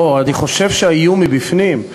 אני חושב שהאיום מבפנים,